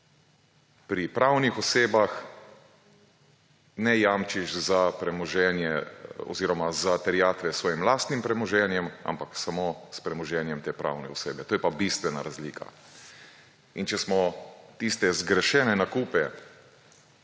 pri pravnih osebah ne jamčiš za premoženje oziroma za terjatve s svojim lastnim premoženjem, ampak samo s premoženjem te pravne osebe. To je pa bistvena razlika. In če smo tiste zgrešene nakupe